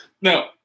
No